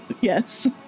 Yes